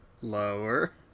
lower